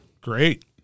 Great